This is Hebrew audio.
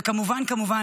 וכמובן כמובן,